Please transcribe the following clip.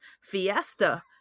fiesta